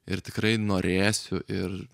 ir tikrai norėsiu ir